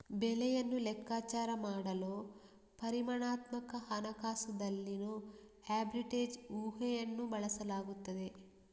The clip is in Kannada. ಬೆಲೆಯನ್ನು ಲೆಕ್ಕಾಚಾರ ಮಾಡಲು ಪರಿಮಾಣಾತ್ಮಕ ಹಣಕಾಸುದಲ್ಲಿನೋ ಆರ್ಬಿಟ್ರೇಜ್ ಊಹೆಯನ್ನು ಬಳಸಲಾಗುತ್ತದೆ